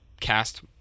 cast